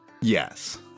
Yes